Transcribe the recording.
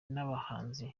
n’abahanzi